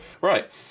Right